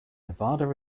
nevada